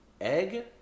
egg